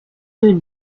rue